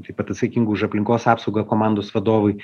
taip pat atsakingu už aplinkos apsaugą komandos vadovui